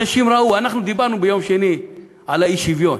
אנשים ראו אנחנו דיברנו ביום שני על האי-שוויון,